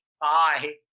Bye